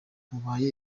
mubaye